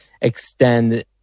extend